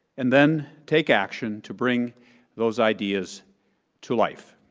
and then take action to bring those ideas to life.